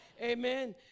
Amen